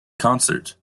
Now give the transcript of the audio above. concert